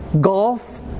golf